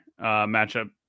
matchup